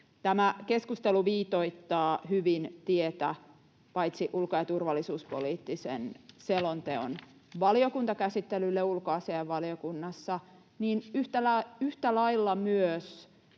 Tämä keskustelu viitoittaa hyvin tietä paitsi ulko- ja turvallisuuspoliittisen selonteon valiokuntakäsittelylle ulkoasiainvaliokunnassa myös yhtä lailla